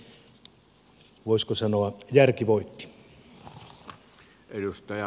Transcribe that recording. näin voisiko sanoa järki voitti